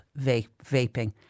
vaping